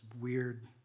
weird